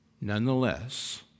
Nonetheless